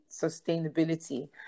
sustainability